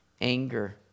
anger